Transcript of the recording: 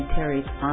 Terry's